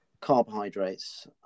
carbohydrates